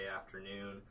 afternoon